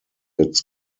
its